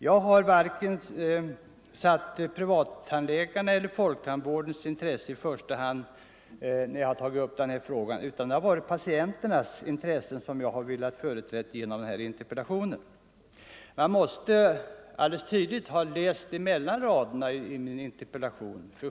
Jag har satt varken privattandläkarnas eller folktandvårdens intressen i första hand när jag har tagit upp den här frågan; jag har velat företräda patienternas intresse genom att framställa interpellationen. Statsrådet måste alldeles tydligt ha läst mellan raderna i min interpellation.